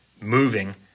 moving